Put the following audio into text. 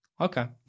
Okay